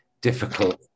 difficult